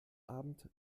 abend